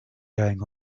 going